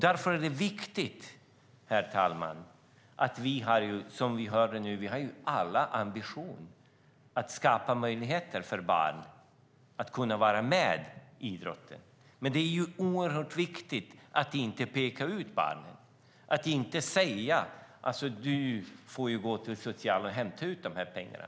Därför är det viktigt, herr talman, att vi alla har ambition - vilket vi också har - att skapa möjligheter för barn att vara med i idrott. Men det är oerhört viktigt att inte peka ut barn. Vi ska inte säga: Du får gå till socialen och hämta ut de här pengarna.